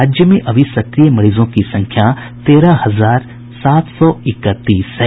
राज्य में अभी सक्रिय मरीजों की संख्या तेरह हजार सात सौ इकतीस है